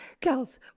girls